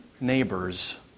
neighbors